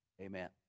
amen